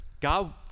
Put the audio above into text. God